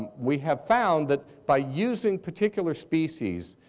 we have found that by using particular species,